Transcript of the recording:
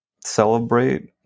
celebrate